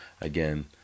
Again